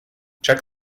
check